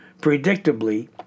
predictably